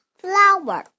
flower